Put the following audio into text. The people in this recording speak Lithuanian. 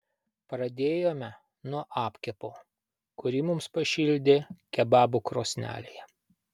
pradėjome nuo apkepo kurį mums pašildė kebabų krosnelėje